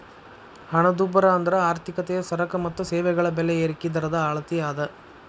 ಹಣದುಬ್ಬರ ಅಂದ್ರ ಆರ್ಥಿಕತೆಯ ಸರಕ ಮತ್ತ ಸೇವೆಗಳ ಬೆಲೆ ಏರಿಕಿ ದರದ ಅಳತಿ ಅದ